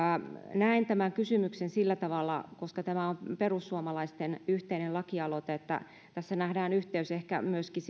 näen tämän kysymyksen sillä tavalla että koska tämä on perussuomalaisten yhteinen lakialoite niin tässä nähdään yhteys ehkä myöskin